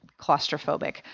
claustrophobic